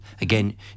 again